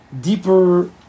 deeper